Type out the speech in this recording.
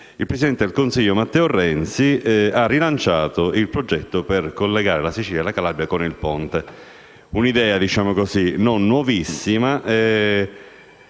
il presidente del Consiglio Matteo Renzi ha rilanciato il progetto per collegare la Sicilia alla Calabria con il ponte, una idea non nuovissima